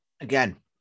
Again